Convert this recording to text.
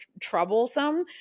troublesome